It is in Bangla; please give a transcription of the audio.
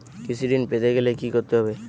কৃষি ঋণ পেতে গেলে কি করতে হবে?